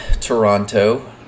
Toronto